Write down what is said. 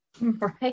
right